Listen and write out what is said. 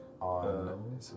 On